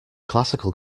classical